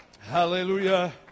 hallelujah